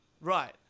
Right